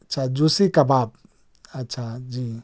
اچھا جوسی کباب اچھا جی